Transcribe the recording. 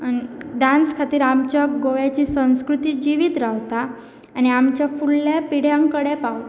आनी डांस खातीर आमच्या गोव्याची संस्कृती जिवीत रावता आनी आमच्या फुडल्या पिड्यां कडेन पावता